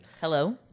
Hello